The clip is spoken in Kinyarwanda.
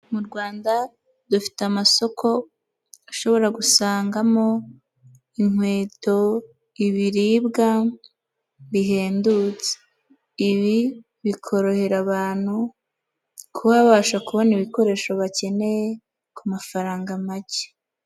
Mu rwanda dufite amasoko ashobora gusangamo inkweto, ibiribwa, bihendutse, ibi bikorohera abantu kuba babasha kubona ibikoresho bakeneye ku mafaranga make.